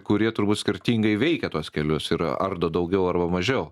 kurie turbūt skirtingai veikia tuos kelius ir ardo daugiau arba mažiau